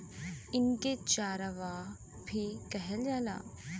इनके चरवाह भी कहल जाला